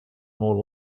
more